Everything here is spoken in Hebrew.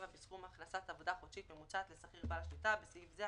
בסכום הכנסת עבודה חודשית ממוצעת לשכיר בעל שליטה (בסעיף זה,